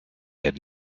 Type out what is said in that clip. had